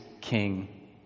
king